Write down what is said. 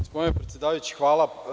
Gospodine predsedavajući, hvala.